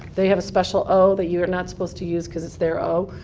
they have a special o that you are not supposed to use because it's their o.